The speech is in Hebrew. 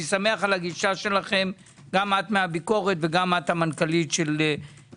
אני שמח על גישתכם גם את מהביקורת וגם את מנכ"לית הלפ"ם.